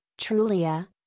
Trulia